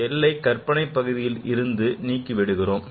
i ஐ கற்பனை பகுதியில் இருந்து நீக்கி விடுகிறோம்